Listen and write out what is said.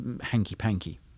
hanky-panky